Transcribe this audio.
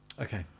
Okay